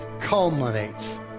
culminates